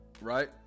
right